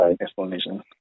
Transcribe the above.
explanation